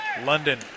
London